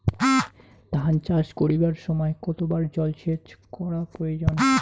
ধান চাষ করিবার সময় কতবার জলসেচ করা প্রয়োজন?